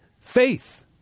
faith